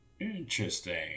Interesting